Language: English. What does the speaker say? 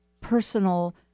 personal